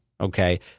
Okay